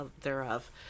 thereof